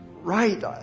right